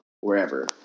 wherever